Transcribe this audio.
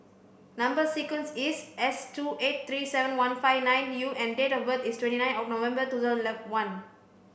number sequence is S two eight three seven one five nine U and date of birth is twenty nine of November two thousand and one